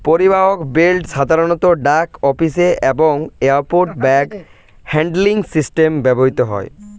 পরিবাহক বেল্ট সাধারণত ডাক অফিসে এবং এয়ারপোর্ট ব্যাগ হ্যান্ডলিং সিস্টেমে ব্যবহৃত হয়